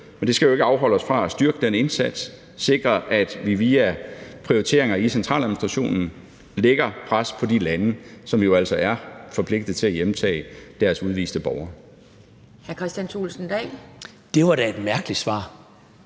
men det skal jo ikke afholde os fra at styrke den indsats og sikre, at vi via prioriteringer i centraladministrationen lægger pres på de lande, som altså er forpligtet til at hjemtage deres egne udviste borgere. Kl. 16:28 Anden næstformand